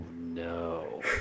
no